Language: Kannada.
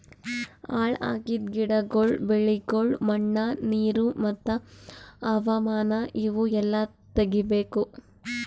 ಹಾಳ್ ಆಗಿದ್ ಗಿಡಗೊಳ್, ಬೆಳಿಗೊಳ್, ಮಣ್ಣ, ನೀರು ಮತ್ತ ಹವಾಮಾನ ಇವು ಎಲ್ಲಾ ತೆಗಿಬೇಕು